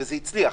וזה הצליח.